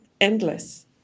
endless